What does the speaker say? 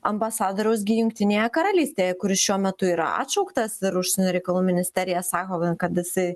ambasadoriaus gi jungtinėje karalystėje kuri šiuo metu yra atšauktas ir užsienio reikalų ministerija sako kad jisai